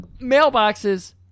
mailboxes